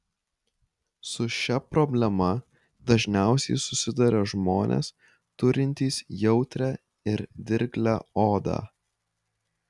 su šia problema dažniausiai susiduria žmonės turintys jautrią ir dirglią odą